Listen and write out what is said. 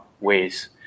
ways